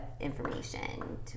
information